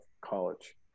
college